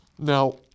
Now